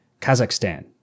Kazakhstan